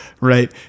right